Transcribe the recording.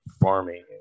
farming